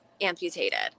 amputated